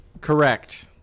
Correct